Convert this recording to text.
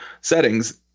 settings